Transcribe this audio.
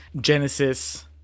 Genesis